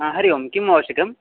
ह हरिः ओं किम् आवश्यकम्